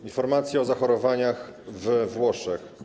Informacje o zachorowaniach we Włoszech.